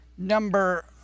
Number